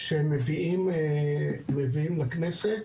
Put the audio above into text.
שהם מביאים לכנסת,